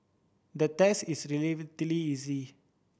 the test is relatively easy